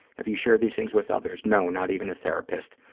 have you shared these things with others? no, not even a therapist,